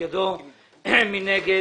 מי נגד?